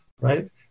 right